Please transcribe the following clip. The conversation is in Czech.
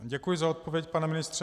Děkuji za odpověď, pane ministře.